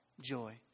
joy